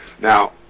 Now